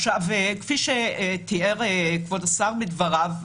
כפי שתיאר כבוד השר בדבריו,